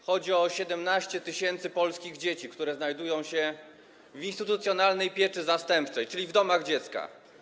Chodzi o 17 tys. polskich dzieci, które znajdują się w instytucjonalnej pieczy zastępczej, czyli w domach dziecka.